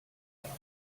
jahr